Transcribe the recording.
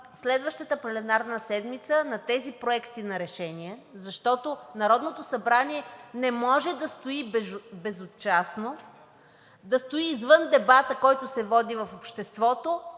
следващата пленарна седмица на тези проекти на решения, защото Народното събрание не може да стои безучастно извън дебата, който се води в обществото